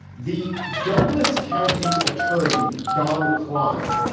the douglas county attorney, don kline,